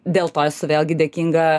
dėl to esu vėlgi dėkinga